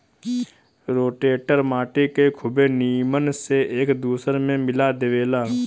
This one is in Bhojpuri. रोटेटर माटी के खुबे नीमन से एक दूसर में मिला देवेला